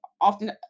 often